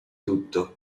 tutto